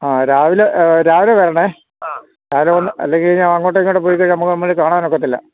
ആ രാവിലെ രാവിലെ വരണം രാവിലെ വന്ന് അല്ലെങ്കില് ഞാൻ അങ്ങോട്ടോ ഇങ്ങോട്ടോ പോയിക്കഴിഞ്ഞാല് നമ്മള് തമ്മില് കാണാനൊക്കത്തില്ല